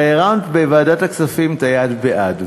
הרי הרמת בוועדת הכספים את היד בעד,